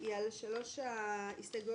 היא על שלוש ההצעות